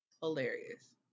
hilarious